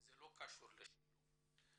זה לא קשור לשילוב.